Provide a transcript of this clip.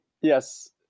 Yes